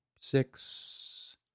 six